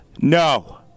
no